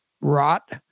rot